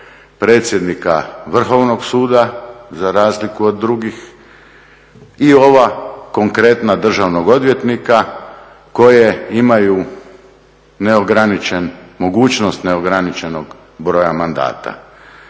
predsjednika Vrhovnog suda za razliku od drugih i ova konkretna državnog odvjetnika koje imaju neograničen, mogućnost neograničenog broja mandata.